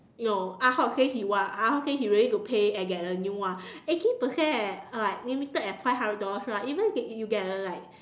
no ah-hock say he want ah-hock say he willing to pay and get a new one eighty percent leh uh like limited at five hundred dollars right even if you can if you get a like